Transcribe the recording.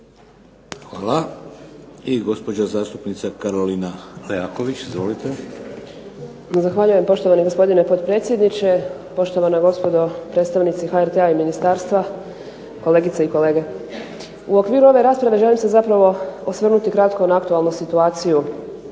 Hvala. I gospođa zastupnica Karolina Leaković. Izvolite. **Leaković, Karolina (SDP)** Zahvaljujem poštovani gospodine potpredsjedniče. Poštovana gospodo predstavnici HRT-a i ministarstva, kolegice i kolege. U okviru ove rasprave želim se zapravo osvrnuti na aktualnu situaciju